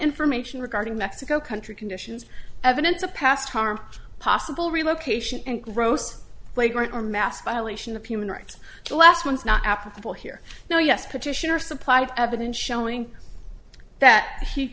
information regarding mexico country conditions evidence of past harm possible relocation and gross flagrant or mass violation of human rights the last one is not applicable here now yes petitioner supplied evidence showing that he